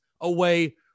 away